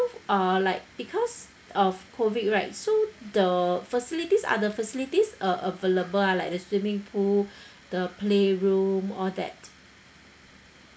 uh like because of COVID right so the facilities are the facilities a~ available ah like the swimming pool the playroom all that